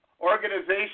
organization